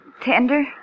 Tender